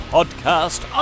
Podcast